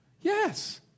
Yes